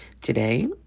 Today